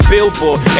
Billboard